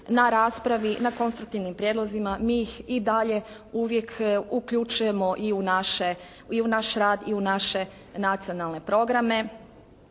na raspravi, na konstruktivnim prijedlozima. Mi ih i dalje uvijek uključujemo i u naše, i u naš rad i u naše nacionalne programe.